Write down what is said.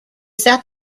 sat